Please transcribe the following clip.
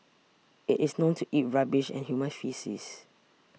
it is known to eat rubbish and human faeces